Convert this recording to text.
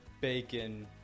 Bacon